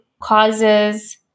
causes